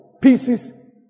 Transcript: pieces